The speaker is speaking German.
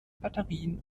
batterien